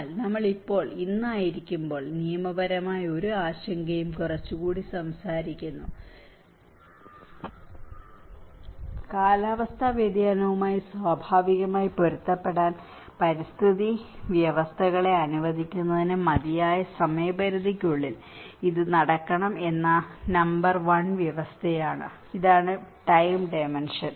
എന്നാൽ ഇപ്പോൾ നമ്മൾ ഇന്നായിരിക്കുമ്പോൾ നിയമപരമായ ഒരു ആശങ്കയും കുറച്ചുകൂടി സംസാരിക്കുന്നു കാലാവസ്ഥാ വ്യതിയാനവുമായി സ്വാഭാവികമായി പൊരുത്തപ്പെടാൻ പരിസ്ഥിതി വ്യവസ്ഥകളെ അനുവദിക്കുന്നതിന് മതിയായ സമയപരിധിക്കുള്ളിൽ ഇത് നടക്കണം എന്ന നമ്പർ 1 വ്യവസ്ഥയാണ് ഇവിടെയാണ് ടൈം ഡിമെൻഷൻ